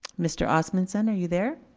mr. osmunson, are you there?